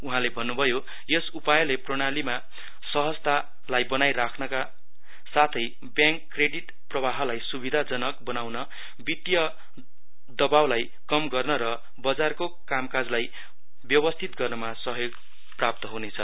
उहाँले भन्नुभयो यस उपायले प्रणालीमा सहजतालाई बनाइराख्न ब्याङक क्रेडीट प्रवाहलाई सुविधाजनक बनाउन वित्तीय दबाउलाई कम गर्न र बजारको कामकाजलाई व्यवस्थित गर्नमा सहयोग प्राप्त हुनेछ